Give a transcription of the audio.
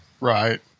right